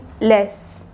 less